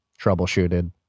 Troubleshooted